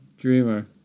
Dreamer